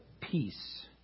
peace